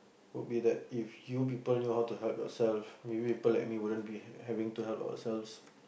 will be that if you people only know how to help yourself maybe people like me wouldn't be ha~ having to help ourselves